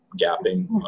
gapping